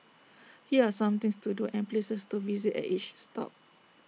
here are some things to do and places to visit at each stop